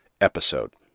episode